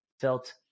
felt